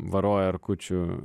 varo erkučių